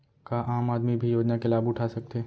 का आम आदमी भी योजना के लाभ उठा सकथे?